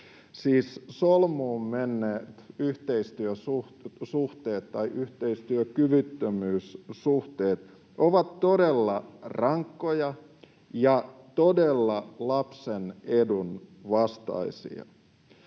yhteistyösuhteet tai yhteistyökyvyttömyyssuhteet, ovat todella rankkoja ja todella lapsen edun vastaisia.